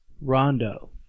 Rondo